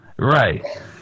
Right